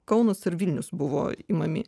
kaunas ir vilnius buvo imami